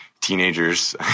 teenagers